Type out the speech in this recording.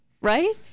right